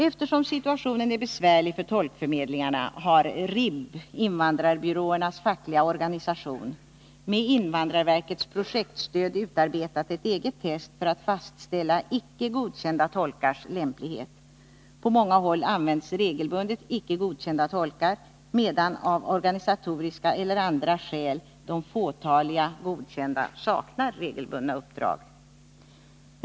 Eftersom situationen är besvärlig för tolkförmedlingarna, har RIB — invandrarbyråernas fackliga organisation — med invandrarverkets projektstöd utarbetat ett eget test för att fastställa icke godkända tolkars lämplighet. På många håll används regelbundet icke godkända tolkar, medan av organisatoriska eller andra skäl de fåtaliga godkända saknar regelbundna uppdrag.